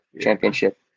championship